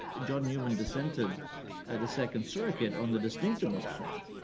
john newman dissented at the second circuit on the distinctiveness point.